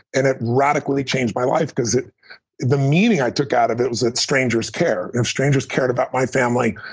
and it radically changed my life because the meaning i took out of it was that strangers care, and if strangers cared about my family,